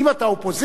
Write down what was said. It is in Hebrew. אם אתה אופוזיציה,